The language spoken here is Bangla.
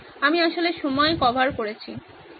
আমি আসলে সময়ে কভার করেছি